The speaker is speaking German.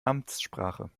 amtssprache